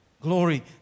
Glory